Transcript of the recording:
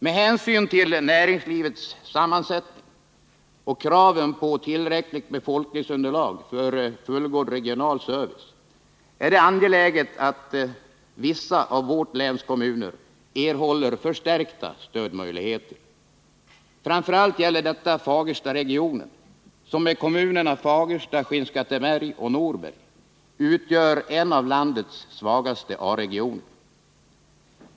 Med hänsyn till näringslivets sammansättning och kravet på ett tillräckligt befolkningsunderlag för fullgod regional service är det angeläget att vissa av vårt läns kommuner erhåller förstärkta stödmöjligheter. Framför allt gäller detta Fagerstaregionen som med kommunerna Fagersta, Skinnskatteberg och Norberg utgör en av landets svagaste A-regioner.